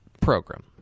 program